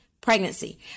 pregnancy